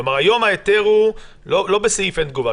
לא בסעיף אין תגובה,